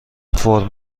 فرم